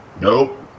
Nope